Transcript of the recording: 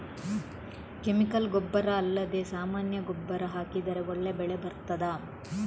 Chemical ಗೊಬ್ಬರ ಅಲ್ಲದೆ ಸಾಮಾನ್ಯ ಗೊಬ್ಬರ ಹಾಕಿದರೆ ಒಳ್ಳೆ ಬೆಳೆ ಬರ್ತದಾ?